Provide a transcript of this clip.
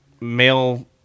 male